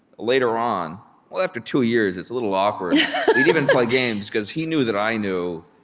later on well, after two years, it's a little awkward. we'd even play games, because he knew that i knew,